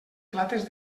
plates